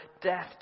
death